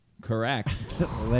Correct